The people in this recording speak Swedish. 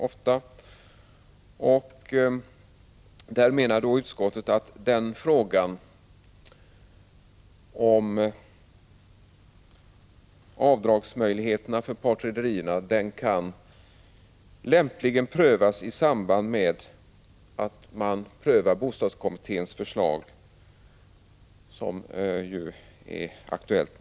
Utskottet menar att frågan om avdragsmöjligheterna för partrederierna lämpligen kan prövas i samband med att man prövar bostadskommitténs förslag, som nu är aktuellt.